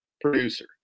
producer